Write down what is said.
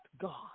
God